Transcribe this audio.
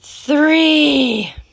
Three